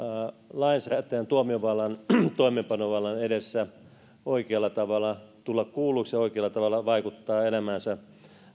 lainsäätäjän tuomiovallan toimeenpanovallan edessä oikealla tavalla tulla kuulluksi ja oikealla tavalla vaikuttaa elämäänsä